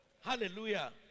Hallelujah